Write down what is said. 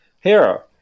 Hero